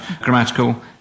grammatical